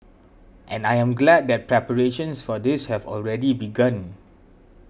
and I am glad that preparations for this have already begun